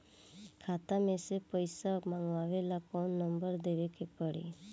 खाता मे से पईसा मँगवावे ला कौन नंबर देवे के पड़ी?